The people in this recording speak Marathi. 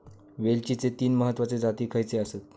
वेलचीचे तीन महत्वाचे जाती खयचे आसत?